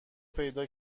پیدا